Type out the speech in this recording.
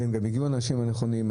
גם הגיעו האנשים הנכונים.